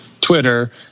Twitter